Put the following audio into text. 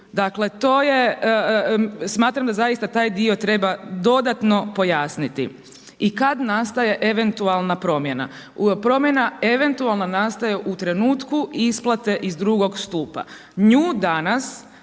to je, smatram da zaista taj dio treba dodatno pojasniti. I kad nastaje eventualna promjena? Promjena eventualna nastaje u trenutku isplate iz drugog stupa. Nju danas